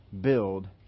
build